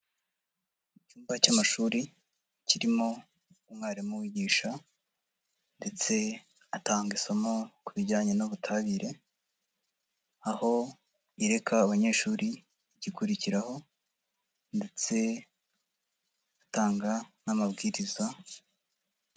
Icyumba cy'amashuri kirimo umwarimu wigisha ndetse atanga isomo ku bijyanye n'ubutabire, aho yereka abanyeshuri igikurikiraho ndetse atanga n'amabwiriza.